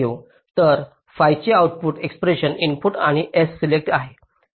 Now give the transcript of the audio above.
तर fi आणि output express input आणि s सिलेक्ट आहे